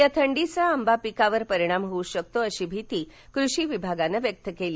या थंडीचा आंबा पिकांवर परिणाम होऊ शकतो अशी भीती कृषी विभागानं व्यक्त केली